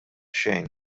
xejn